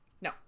no